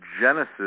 genesis